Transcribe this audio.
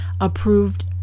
approved